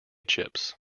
chips